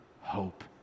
hope